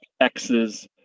X's